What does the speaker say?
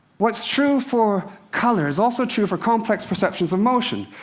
what's true for color is also true for complex perceptions of motion.